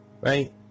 right